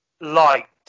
liked